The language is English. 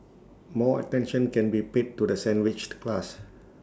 more attention can be paid to the sandwiched class